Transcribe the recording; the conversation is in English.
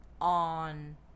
on